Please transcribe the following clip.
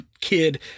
kid